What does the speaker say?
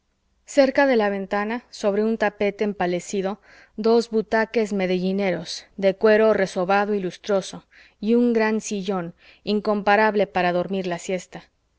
cerca de la ventana sobre un tapete empalidecido dos butaques medellineros de cuero resobado y lustroso y un gran sillón incomparable para dormir la siesta